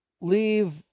leave